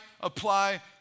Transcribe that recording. apply